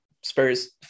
Spurs